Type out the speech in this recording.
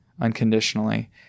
unconditionally